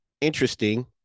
interesting